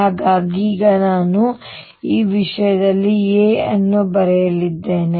ಹಾಗಾಗಿ ಈಗ ನಾನು ಈ ವಿಷಯದಲ್ಲಿ a ಅನ್ನು ಬರೆಯಲಿದ್ದೇನೆ